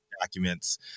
documents